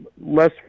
less